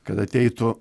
kad ateitų